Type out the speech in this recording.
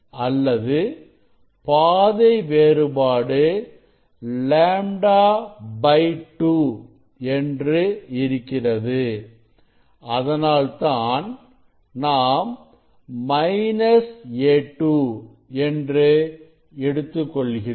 அல்லது பாதை வேறுபாடு λ 2 என்று இருக்கிறது அதனால் தான் நாம் A2 என்று எடுத்துக் கொள்கிறோம்